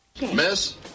Miss